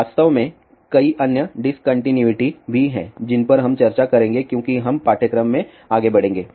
वास्तव में कई अन्य डिसकंटीन्यूइटी भी हैं जिन पर हम चर्चा करेंगे क्योंकि हम पाठ्यक्रम में आगे बढ़ेंगे